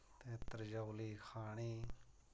ते त्रचौली खानी